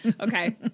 Okay